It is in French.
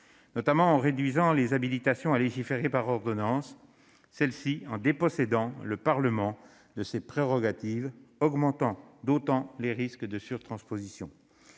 notamment en réduisant les habilitations à légiférer par ordonnances. Ces dernières, en dépossédant le Parlement de ses prérogatives, augmentent d'autant les risques de surtransposition.